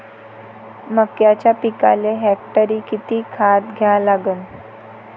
मक्याच्या पिकाले हेक्टरी किती खात द्या लागन?